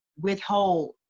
withhold